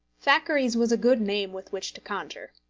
thackeray's was a good name with which to conjure.